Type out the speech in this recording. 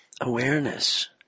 awareness